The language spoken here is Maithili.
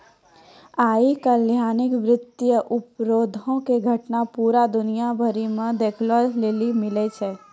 आइ काल्हि वित्तीय अपराधो के घटना पूरा दुनिया भरि मे देखै लेली मिलै छै